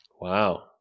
Wow